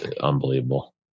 unbelievable